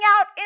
out